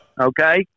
Okay